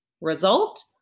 result